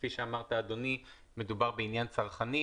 כפי שאמרת אדוני, מדובר בעניין צרכני,